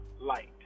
light